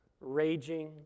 raging